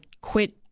quit